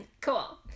cool